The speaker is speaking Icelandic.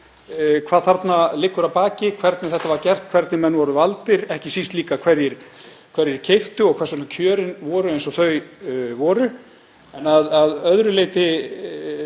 hvað þarna liggur að baki, hvernig þetta var gert, hvernig menn voru valdir, ekki síst líka hverjir keyptu og hvers vegna kjörin voru eins og þau voru. Að öðru leyti